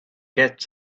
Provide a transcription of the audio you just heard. get